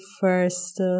first